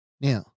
Now